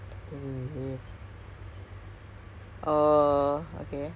they get resources together !aww! so cute the cartoon the like